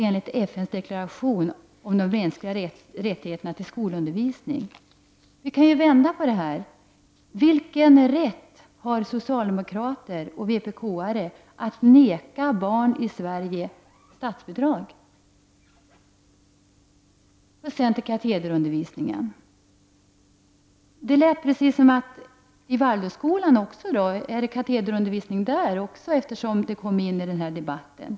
Enligt FN:s deklaration om de mänskliga rättigheterna har alla rätt till skolundervisning. Jag kan vända på det: Vilken rätt har socialdemokrater och vpk-are att neka barn i Sverige statsbidrag? Det lät på Helge Hagberg precis som om katederundervisning förkommer också i Waldorfskolan, eftersom den kom upp i den här debatten.